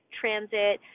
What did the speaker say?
transit